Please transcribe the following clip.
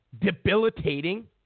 debilitating